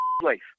place